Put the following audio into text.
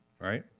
right